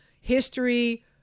history